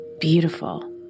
Beautiful